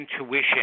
intuition